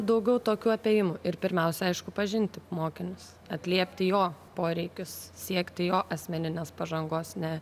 daugiau tokių apėjimų ir pirmiausia aišku pažinti mokinius atliepti jo poreikius siekti jo asmeninės pažangos ne